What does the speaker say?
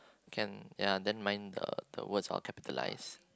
can ya then mine the the words are capitalised